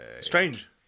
Strange